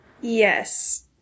Yes